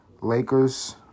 Lakers